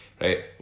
right